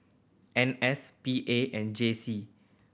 N S P A and J C